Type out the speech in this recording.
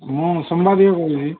ମୁଁ ସୋମନା ଦେଇରୁ କହୁଛି